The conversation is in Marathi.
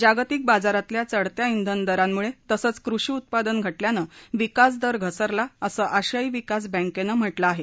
जागतिक बाजारातल्या चढत्या ब्रेन दरांमुळे तसंच कृषी उत्पादन घटल्यानं विकासदर घसरला असं आशियाई विकास बँकेनं म्हटलं आहे